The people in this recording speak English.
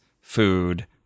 food